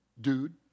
dude